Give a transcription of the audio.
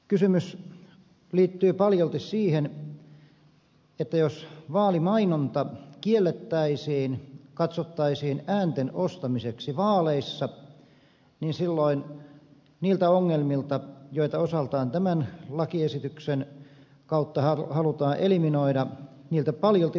kysymys liittyy paljolti siihen että jos vaalimainonta kiellettäisiin katsottaisiin äänten ostamiseksi vaaleissa niin silloin niiltä ongelmilta joita osaltaan tämän lakiesityksen kautta halutaan eliminoida paljolti vältyttäisiin